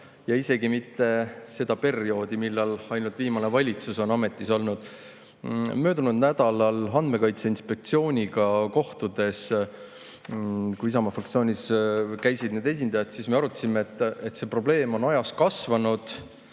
isegi mitte seda perioodi, mille jooksul viimane valitsus on ametis olnud. Möödunud nädalal Andmekaitse Inspektsiooniga kohtudes, kui Isamaa fraktsioonis käisid nende esindajad, me arutasime, et see probleem on aja jooksul kasvanud